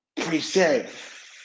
preserve